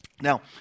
Now